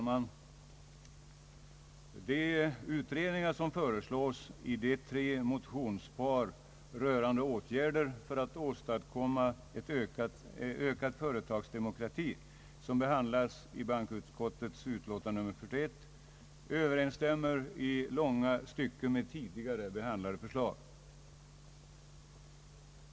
Herr talman! Yrkandena i de tre motionsparen rörande åtgärder för att åstadkomma en ökad företagsdemokrati, vilka behandlas i bankoutskottets utlåtande nr 41, överensstämmer i långa stycken med tidigare behandlade förslag.